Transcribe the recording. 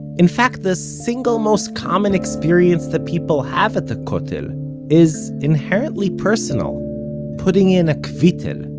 in fact, the single most common experience that people have at the kotel is inherently personal putting in a kvittel,